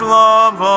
love